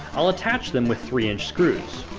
i'll attach them with three inch screws.